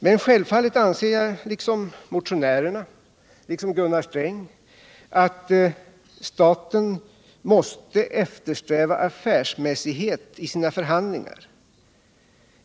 Men självfallet anser jag, liksom motionärerna och Gunnar Sträng, att staten måste eftersträva affärsmässighet i sina förhandlingar.